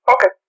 Okay